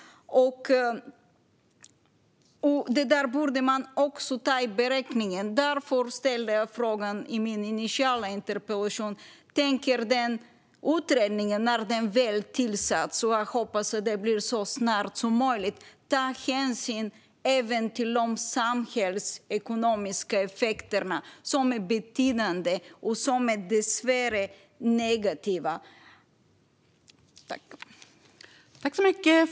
Allt detta borde man också ta med i beräkningen. Det var därför jag ställde en fråga om det här i min interpellation. Ska utredningen, när den väl tillsatts, ta hänsyn även till de samhällsekonomiska effekterna som är betydande och dessvärre negativa? Jag hoppas att den tillsätts så snart som möjligt.